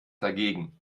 dagegen